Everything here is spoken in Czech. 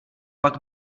pak